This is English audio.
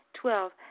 Twelve